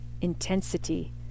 intensity